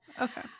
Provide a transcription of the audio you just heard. Okay